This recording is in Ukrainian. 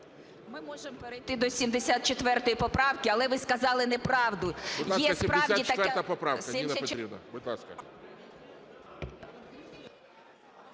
Ми можемо перейти до 74 поправки, але ви сказали неправду.